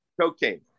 cocaine